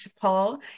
Paul